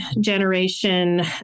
generation